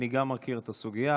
אני גם מכיר את הסוגיה.